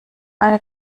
eine